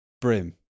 brim